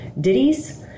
ditties